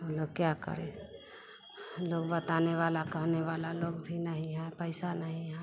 हम लोग क्या करें लोग बताने वाला कहने वाला लोग भी नहीं है पैसा नहीं है